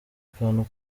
kantu